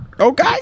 okay